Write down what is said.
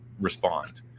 respond